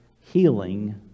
healing